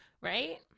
Right